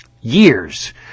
Years